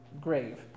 grave